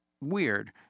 weird